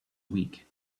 week